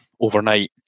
overnight